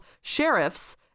sheriffs